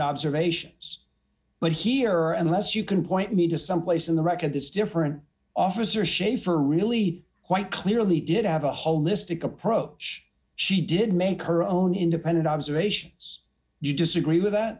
observations but here are unless you can point me to some place in the record this different officer shaffer really quite clearly did have a holistic approach she did make her own independent observations you disagree with that